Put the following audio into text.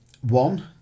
one